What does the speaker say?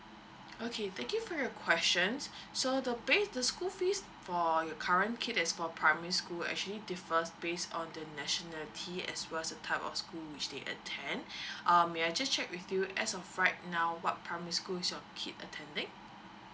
okay thank you for your questions so to pay the school fees for your current kid as for primary school actually differs based on the nationality as well as the type of school which they attend um may I just check with you as of right now what primary school is your kid attending